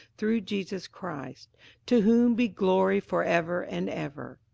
through jesus christ to whom be glory for ever and ever.